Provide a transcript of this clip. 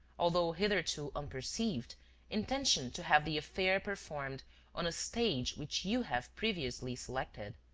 although hitherto unperceived intention to have the affair performed on a stage which you have previously selected.